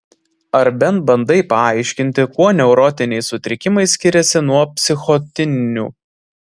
ar bent bandai paaiškinti kuo neurotiniai sutrikimai skiriasi nuo psichotinių